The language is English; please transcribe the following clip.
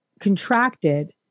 contracted